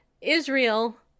Israel